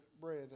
bread